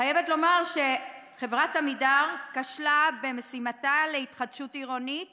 אני חייב לומר שחברת עמידר כשלה במשימתה להתחדשות עירונית